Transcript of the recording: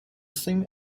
same